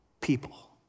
people